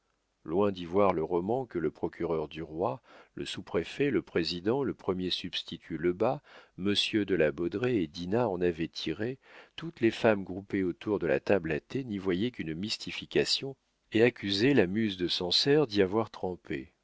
loin d'y voir le roman que le procureur du roi le sous-préfet le président le premier substitut lebas monsieur de la baudraye et dinah en avaient tiré toutes les femmes groupées autour de la table à thé n'y voyaient qu'une mystification et accusaient la muse de sancerre d'y avoir trempé